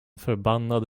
förbannad